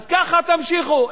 אז ככה תמשיכו,